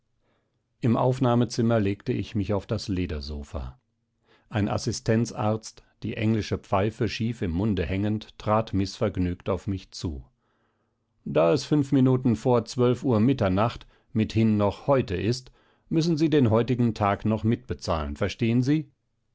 im aufnahmezimmer legte ich mich auf das ledersofa ein assistenzarzt die englische pfeife schief im munde hängend trat mißvergnügt auf mich zu da es fünf minuten vor zwölf uhr mitternacht mithin noch heute ist müssen sie den heutigen tag noch mit bezahlen verstehen sie